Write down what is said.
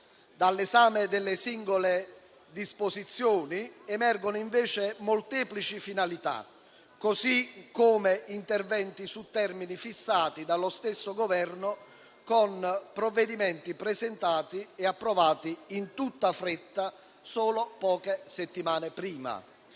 dall'esame delle singole disposizioni emergono, invece, molteplici finalità, così come interventi su termini fissati dallo stesso Governo con provvedimenti presentati, e approvati in tutta fretta, solo poche settimane prima.